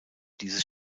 dieses